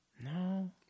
No